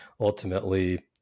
ultimately